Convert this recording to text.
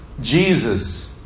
Jesus